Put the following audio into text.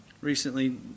Recently